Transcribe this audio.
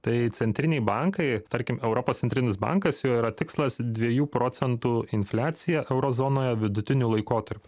tai centriniai bankai tarkim europos centrinis bankas jo yra tikslas dviejų procentų infliacija euro zonoje vidutiniu laikotarpiu